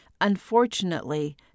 Unfortunately